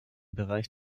bereich